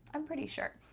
i'm pretty sure.